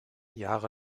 jahre